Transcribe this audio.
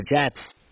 Jets